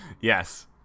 Yes